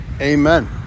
Amen